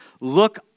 look